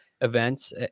events